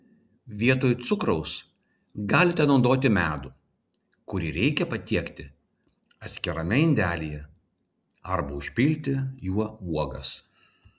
vietoj cukraus galite naudoti medų kurį reikia patiekti atskirame indelyje arba užpilti juo uogas